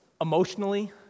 emotionally